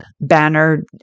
banner